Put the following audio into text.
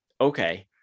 Okay